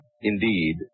indeed